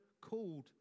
called